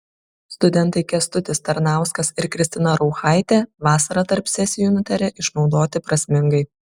studentai kęstutis tarnauskas ir kristina rauchaitė vasarą tarp sesijų nutarė išnaudoti prasmingai